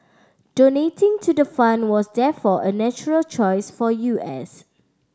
donating to the fund was therefore a natural choice for U S